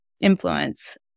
influence